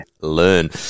learn